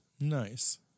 Nice